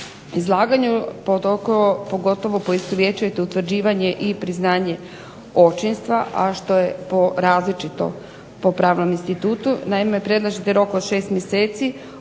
izlaganju, pogotovo poistovjećujete utvrđivanje i priznanje očinstva, a što je različito po pravnom institutu. Naime, predlažete rok od 6 mjeseci